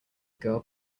girl